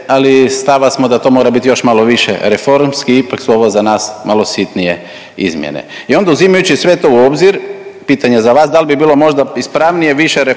ali stava smo da to mora bit još malo više reformski, ipak su ovo za nas malo sitnije izmjene. I onda uzimajući sve to u obzir, pitanje za vas, dal bi bilo možda ispravnije više reformski